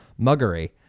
muggery